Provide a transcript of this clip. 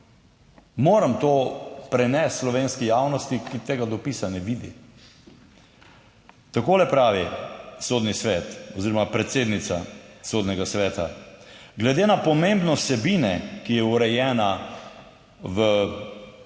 moram to prenesti slovenski javnosti, ki tega dopisa ne vidi. Takole pravi Sodni svet oziroma predsednica Sodnega sveta: "Glede na pomembnost vsebine, ki je urejena v Zakonu